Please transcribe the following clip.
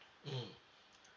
mmhmm